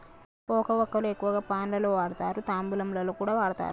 పోక వక్కలు ఎక్కువగా పాన్ లలో వాడుతారు, తాంబూలంలో కూడా వాడుతారు